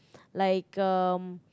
like um